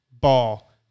ball